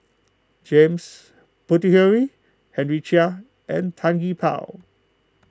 James Puthucheary Henry Chia and Tan Gee Paw